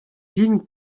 din